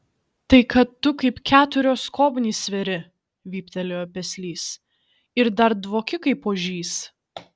tai kad tu kaip keturios skobnys sveri vyptelėjo peslys ir dar dvoki kaip ožys